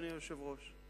אדוני היושב-ראש.